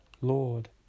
Lord